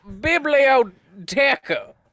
biblioteca